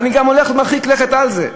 אני מרחיק לכת גם בזה.